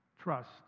trust